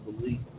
believe